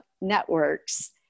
networks